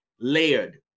layered